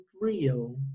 real